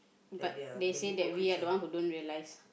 but they say that we are the ones who don't realise